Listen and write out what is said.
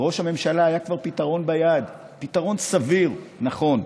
לראש הממשלה כבר היה פתרון ביד, פתרון סביר, נכון.